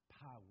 Power